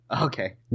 Okay